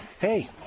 Hey